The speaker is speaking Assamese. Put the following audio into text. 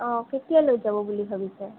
অঁ কেতিয়া লৈ যাব বুলি ভাবিছে